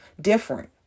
different